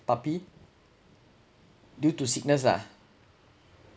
puppy due to sickness lah